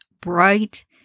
bright